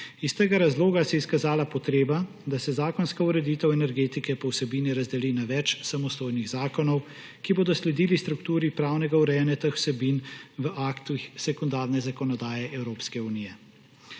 Iz tega razloga se je izkazala potreba, da se zakonska ureditev energetike po vsebini razdeli na več samostojnih zakonov, ki bodo sledili strukturi pravnega urejanja teh vsebin v aktih sekundarne zakonodaje Evropske unije.